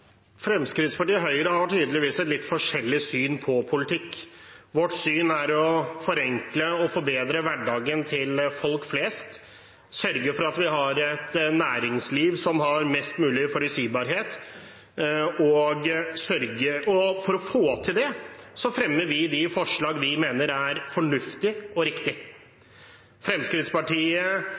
Fremskrittspartiet og Høyre har tydeligvis et litt forskjellig syn på politikk. Vårt syn er å forenkle og forbedre hverdagen til folk flest og sørge for at vi har et næringsliv som har mest mulig forutsigbarhet. For å få til det fremmer vi de forslagene vi mener er fornuftige og riktige. Vi i Fremskrittspartiet